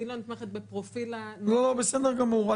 והיא לא נתמכת בפרופיל --- בסדר גמור.